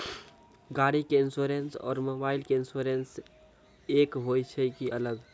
गाड़ी के इंश्योरेंस और मोबाइल के इंश्योरेंस एक होय छै कि अलग?